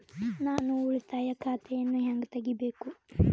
ನಾನು ಉಳಿತಾಯ ಖಾತೆಯನ್ನು ಹೆಂಗ್ ತಗಿಬೇಕು?